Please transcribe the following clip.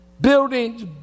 Buildings